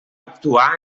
actuar